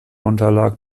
unterlag